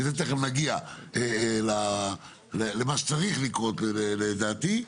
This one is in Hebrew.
שתיכף נגיע למה שצריך לקרות לדעתי,